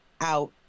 out